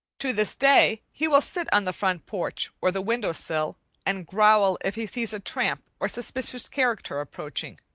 to this day he will sit on the front porch or the window-sill and growl if he sees a tramp or suspicious character approaching.